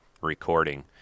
recording